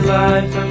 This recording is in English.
life